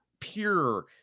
pure